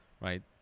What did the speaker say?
Right